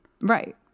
Right